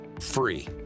free